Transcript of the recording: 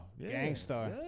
gangstar